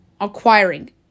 acquiring